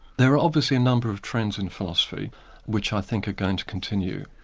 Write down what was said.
there are obviously a number of trends in philosophy which i think are going to continue.